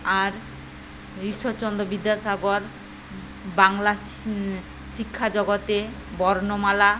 আর ইশ্বরচন্দ্র বিদ্যাসাগর বাংলার শিক্ষা জগতে বর্ণমালা